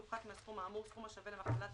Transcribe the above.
יופחת מהסכום האמור סכום השווה למכפלת